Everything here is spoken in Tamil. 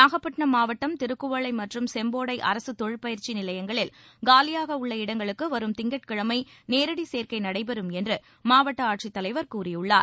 நாகப்பட்டினம் மாவட்டம் திருக்குவளை மற்றும் செம்போடை அரசு தொழிற்பயிற்சி நிலையங்களில் காலியாக உள்ள இடங்களுக்கு வரும் திங்கட்கிழமை நேரடி சேர்க்கை நடைபெறும் என்று மாவட்ட ஆட்சித்தலைவர் கூறியுள்ளார்